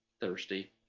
thirsty